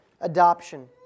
adoption